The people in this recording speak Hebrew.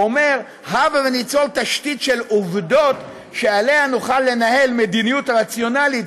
אומר: הבה ניצור תשתית של עובדות שעליה נוכל לנהל מדיניות רציונלית,